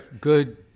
good